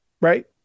right